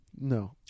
no